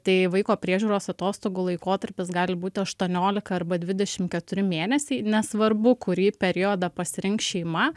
tai vaiko priežiūros atostogų laikotarpis gali būti aštuoniolika arba dvidešimt keturi mėnesiai nesvarbu kurį periodą pasirinks šeima